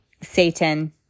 Satan